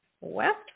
West